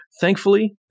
Thankfully